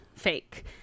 fake